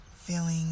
Feeling